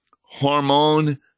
hormone